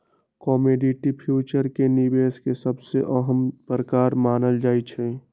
commodity future के निवेश के सबसे अहम प्रकार मानल जाहई